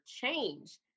change